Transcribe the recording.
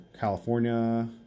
california